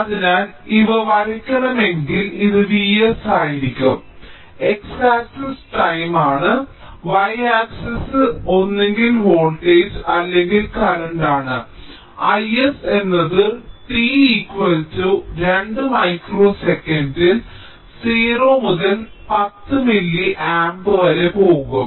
അതിനാൽ എനിക്ക് ഇവ വരയ്ക്കണമെങ്കിൽ ഇത് V s ആയിരിക്കും x ആക്സിസ് ടൈം ആണ് y ആക്സിസ് ഒന്നുകിൽ വോൾട്ടേജ് അല്ലെങ്കിൽ കറന്റ് ആണ് I s എന്നത് t 2 മൈക്രോ സെക്കൻഡിൽ 0 മുതൽ 10 മില്ലി ആംപ് വരെ പോകും